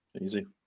Easy